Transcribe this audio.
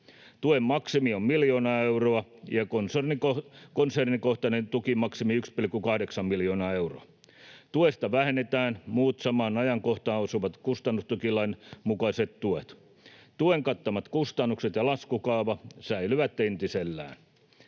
Tuen maksimi on miljoona euroa ja konsernikohtainen tukimaksimi 1,8 miljoonaa euroa. Tuesta vähennetään muut samaan ajankohtaan osuvat kustannustukilain mukaiset tuet. Tuen kattamat kustannukset ja laskukaava säilyvät entisellään.